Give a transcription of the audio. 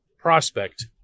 prospect